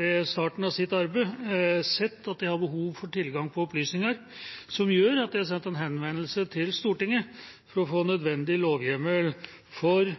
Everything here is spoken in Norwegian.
ved starten av sitt arbeid sett at de har behov for tilgang på opplysninger, og de har sendt en henvendelse til Stortinget for å få nødvendig lovhjemmel for,